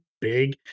big